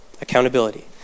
Accountability